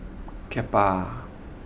Kappa